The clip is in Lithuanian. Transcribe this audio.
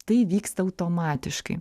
tai vyksta automatiškai